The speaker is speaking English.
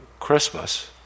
christmas